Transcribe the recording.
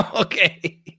okay